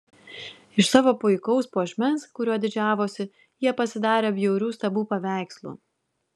iš savo puikaus puošmens kuriuo didžiavosi jie pasidarė bjaurių stabų paveikslų